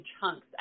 chunks